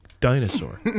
Dinosaur